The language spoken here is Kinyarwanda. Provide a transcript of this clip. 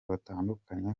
batandukanye